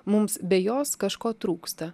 mums be jos kažko trūksta